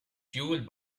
fueled